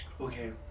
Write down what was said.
Okay